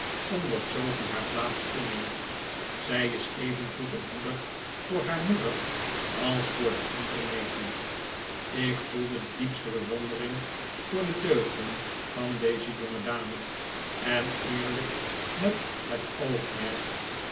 omdat sofie haar plaats inneemt zij is evengoed een moeder voor haar moeder als voor de andere negen ik voelde de diepste bewondering voor de deugden van deze jongedame en eerlijk met het oogmerk